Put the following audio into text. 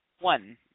one